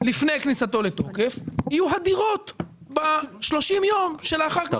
לפני כניסתו לתוקף יהיו הדירות ב-30 היום שלאחר כניסתו לתוקף.